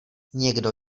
někdo